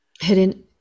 hidden